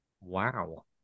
Wow